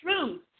truth